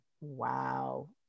Wow